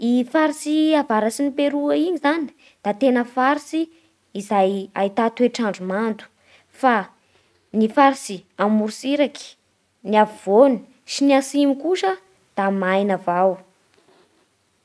I faritsy avarats'i Peroa iny zany da tena faritsy izay ahità toetr'andro mando. Fa ny faritsy a morotsiraky, ny afovoany, sy ny atsimo kosa da maina avao.